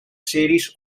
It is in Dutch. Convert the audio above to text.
series